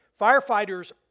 Firefighters